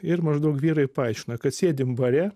ir maždaug vyrai paaiškina kad sėdim bare